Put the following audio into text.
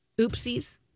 Oopsies